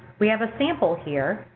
we have a sample here,